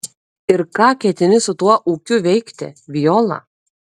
ir ką ketini su tuo ūkiu veikti viola